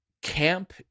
camp